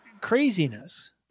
craziness